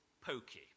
pokey